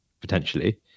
potentially